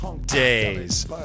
days